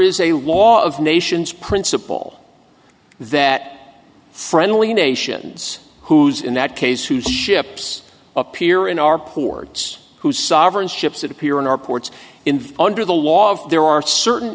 is a law of nations principle that friendly nations who's in that case whose ships appear in our ports whose sovereign ships that appear in our ports in under the law there are certain